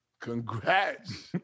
Congrats